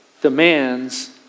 demands